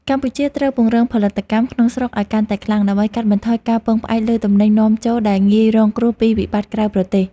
កម្ពុជាត្រូវពង្រឹងផលិតកម្មក្នុងស្រុកឱ្យកាន់តែខ្លាំង ដើម្បីកាត់បន្ថយការពឹងផ្អែកលើទំនិញនាំចូលដែលងាយរងគ្រោះពីវិបត្តិក្រៅប្រទេស។